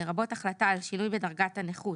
לרבות החלטה על שינוי בדרגת הנכות